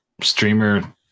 streamer